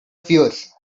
fears